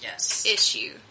issue